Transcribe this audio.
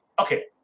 okay